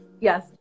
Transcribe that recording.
Yes